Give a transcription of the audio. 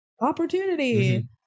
opportunity